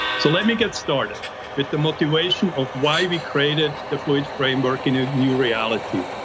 so let me get started with the motivation of why we created the fluid framework in a new reality.